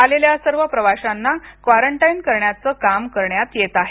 आलेल्या सर्व प्रवाशांना कॉरंटाईन करण्याचे काम करण्यात येत आहे